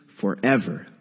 forever